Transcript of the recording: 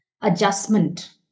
adjustment